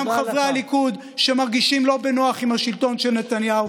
גם חברי הליכוד שמרגישים לא בנוח עם השלטון של נתניהו,